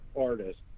artist